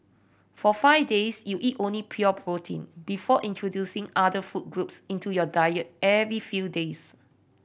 for five days you eat only pure protein before introducing other food groups into your diet every few days